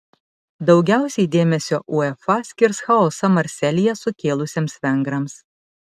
daugiausiai dėmesio uefa skirs chaosą marselyje sukėlusiems vengrams